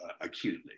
acutely